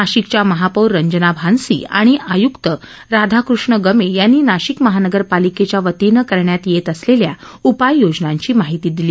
नाशिकच्या महापौर रंजना भानसी आणि आयुक्त राधाकृष्ण गमे यांनी नाशिक महापालिकेच्या वतीनं करण्यात येत असलेल्या उपाययोजनांची माहिती दिली